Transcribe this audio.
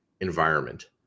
environment